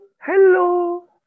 Hello